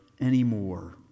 anymore